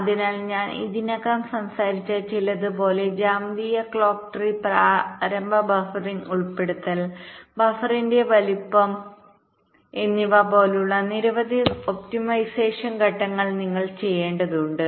അതിനാൽ ഞാൻ ഇതിനകം സംസാരിച്ച ചിലത് പോലെ ജ്യാമിതീയ ക്ലോക്ക് ട്രീ പ്രാരംഭ ബഫറിംഗ് ഉൾപ്പെടുത്തൽ ബഫറിന്റെ വലുപ്പംgeometric clock tree initial buffering insertion sizing of the bufferഎന്നിവ പോലുള്ള നിരവധി ഒപ്റ്റിമൈസേഷൻഘട്ടങ്ങൾ നിങ്ങൾ ചെയ്യേണ്ടതുണ്ട്